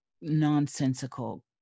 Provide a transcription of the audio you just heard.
nonsensical